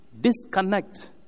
disconnect